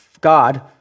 God